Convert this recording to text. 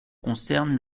concernent